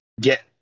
get